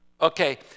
Okay